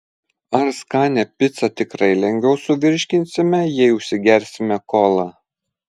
ar skanią picą tikrai lengviau suvirškinsime jei užsigersime kola